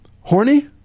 horny